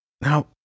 now